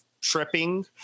tripping